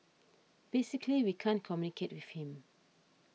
basically we can't communicate with him